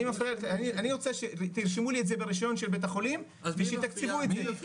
אני רוצה שתרשמו לי את זה ברשיון של בית החולים ושיתקצבו את זה,